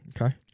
Okay